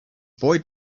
boy